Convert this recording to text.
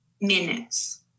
Minutes